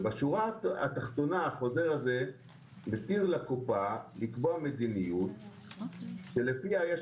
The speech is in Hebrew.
בשורה האחרונה החוזר הזה מתיר לקופה לקבוע מדיניות שלפיה יש